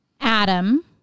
Adam